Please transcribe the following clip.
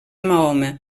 mahoma